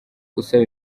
asaba